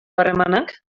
harremanak